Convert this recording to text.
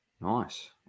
Nice